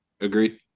Agreed